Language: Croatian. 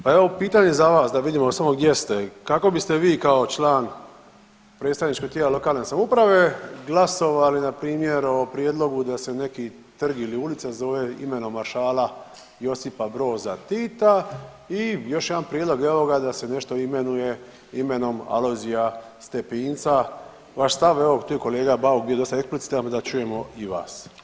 Pa evo pitanje za vas da vidimo samo gdje ste, kako biste vi kao član predstavničkog tijela lokalne samouprave glasovali npr. o prijedlogu da se neki trg ili ulica zove imenom Maršala Josipa Broza Tita i još jedan prijedloga evo ga da se nešto imenuje imenom Alojzija Stepinca, vaš stav, evo tu je kolega Bauk bio dosta eksplicitan, da čujemo i vas.